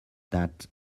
that